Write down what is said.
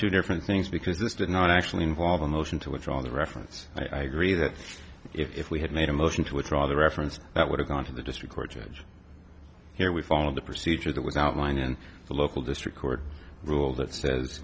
two different things because this did not actually involve a motion to withdraw the reference i agree that if we had made a motion to withdraw the reference that would have gone to the district court judge here we follow the procedure that was outlined in the local district court rule that says